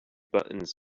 buttons